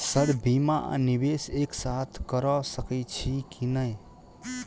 Sir बीमा आ निवेश एक साथ करऽ सकै छी की न ई?